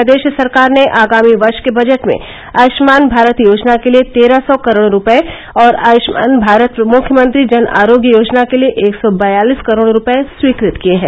प्रदेश सरकार ने आगामी वर्ष के बजट में आयुष्मान भारत योजना के लिये तेरह सौ करोड़ रुपए और आयुष्मान भारत मुख्यमंत्री जन आरोग्य योजना के लिए एक सौ बयालीस करोड रुपए स्वीकृत किए हैं